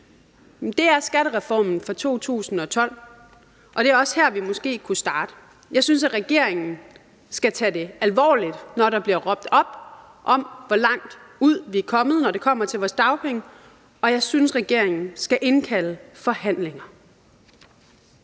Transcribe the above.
det er skattereformen fra 2012, og det er også her, at vi måske kan starte. Jeg synes, at regeringen skal tage det alvorligt, når der bliver råbt op om, hvor langt ud vi er kommet, når det kommer til vores dagpenge, og jeg synes, regeringen skal indkalde til forhandlinger.